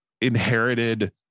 inherited